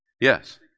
Yes